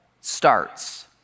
starts